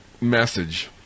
message